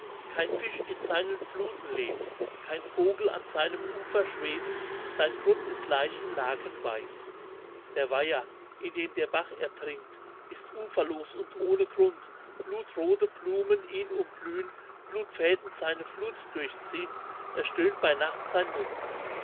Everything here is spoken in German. kein fisch in seinen fluten lebt kein vogel an seinem ufer schwebt sein grund ist leichenlakenweiß der weiher in dem der bach ertrinkt ist uferlos und ohne grund blutrote blumen ihn umblühn blutfäden seine flut durchziehn es stöhnt bei nacht sein mund